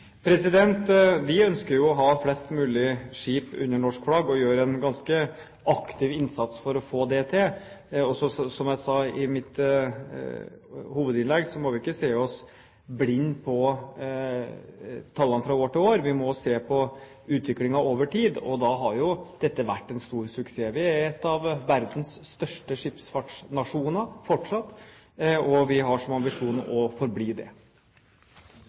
ut? Vi ønsker jo å ha flest mulig skip under norsk flagg, og gjør en ganske aktiv innsats for å få til det. Som jeg sa i mitt hovedinnlegg, må vi ikke se oss blind på tallene fra år til år, vi må se på utviklingen over tid, og da har jo dette vært en stor suksess. Vi er fortsatt en av verdens største skipsfartsnasjoner, og vi har som ambisjon å forbli det.